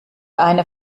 eine